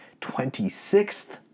26th